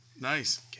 Nice